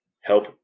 help